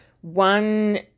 one